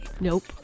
Nope